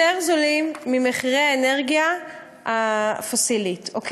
יותר נמוכים, ממחירי האנרגיה הפוסילית, אוקיי?